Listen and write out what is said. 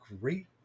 great